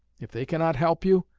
if they cannot help you,